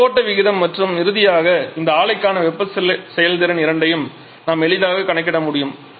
நிறை ஓட்ட விகிதம் மற்றும் இறுதியாக இந்த ஆலைக்கான வெப்ப செயல்திறன் இரண்டையும் நாம் எளிதாக கணக்கிட முடியும்